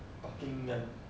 parking meh